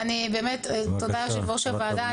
תודה יושב-ראש הוועדה,